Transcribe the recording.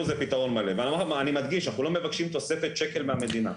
אני מדגיש, אנחנו לא מבקשים תוספת של שקל מהמדינה.